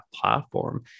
platform